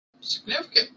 Significant